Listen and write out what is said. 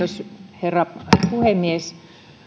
herra puhemies